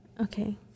Okay